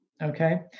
Okay